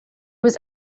was